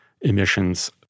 emissions